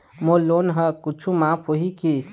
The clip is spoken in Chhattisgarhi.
मोर लोन हा कुछू माफ होही की?